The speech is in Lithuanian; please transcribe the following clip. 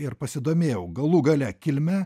ir pasidomėjau galų gale kilme